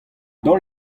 daol